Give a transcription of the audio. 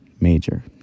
major